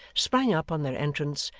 sprang up on their entrance,